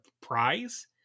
prize